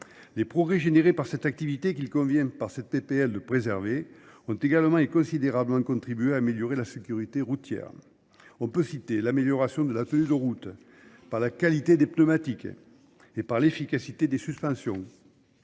Les progrès générés par cette activité qu'il convient par cette PPL de préserver ont également et considérablement contribué à améliorer la sécurité routière. On peut citer l'amélioration de la tenue de route par la qualité des pneumatiques et par l'efficacité des suspensions,